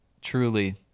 truly